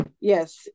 yes